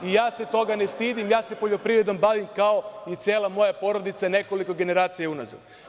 Toga se ne stidim, ja se poljoprivredom bavim kao i cela moja porodica nekoliko generacija unazad.